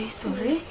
sorry